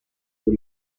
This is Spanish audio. por